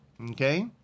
Okay